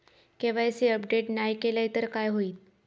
KYC update नाय केलय तर काय होईत?